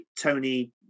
Tony